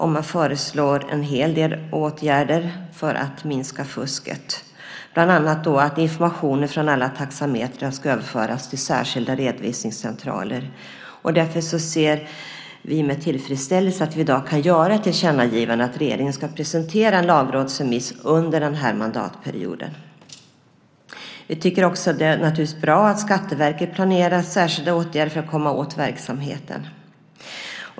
Man föreslår en hel del åtgärder för att minska fusket, bland annat att information från alla taxametrar ska överföras till särskilda redovisningscentraler. Därför ser vi med tillfredsställelse att vi i dag kan göra ett tillkännagivande om att regeringen ska presentera en lagrådsremiss under den här mandatperioden. Vi tycker också att det är bra att Skatteverket planerar särskilda åtgärder för att komma åt verksamheten.